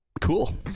Cool